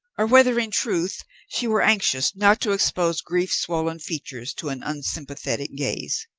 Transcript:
or whether in truth she were anxious not to expose grief-swollen features to an unsympathetic gaze.